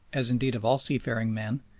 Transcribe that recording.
as indeed of all seafaring men,